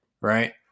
right